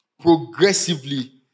progressively